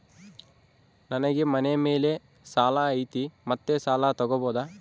ನನಗೆ ಮನೆ ಮೇಲೆ ಸಾಲ ಐತಿ ಮತ್ತೆ ಸಾಲ ತಗಬೋದ?